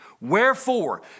Wherefore